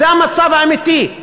זה המצב האמיתי.